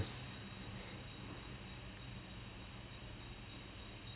wait ah she was in she's graduated from N_U_S high